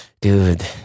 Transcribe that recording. dude